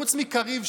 חוץ מקריב,